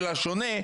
של השונה,